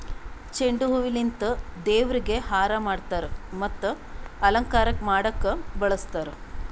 ಚೆಂಡು ಹೂವಿಲಿಂತ್ ದೇವ್ರಿಗ್ ಹಾರಾ ಮಾಡ್ತರ್ ಮತ್ತ್ ಅಲಂಕಾರಕ್ಕ್ ಮಾಡಕ್ಕ್ ಬಳಸ್ತಾರ್